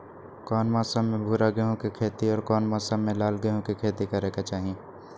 कौन मौसम में भूरा गेहूं के खेती और कौन मौसम मे लाल गेंहू के खेती करे के चाहि?